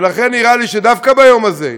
ולכן נראה לי שדווקא ביום הזה,